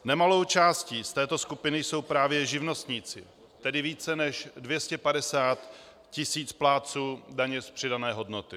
Nemalou částí z této skupiny jsou právě živnostníci, tedy více než 250 tisíc plátců daně z přidané hodnoty.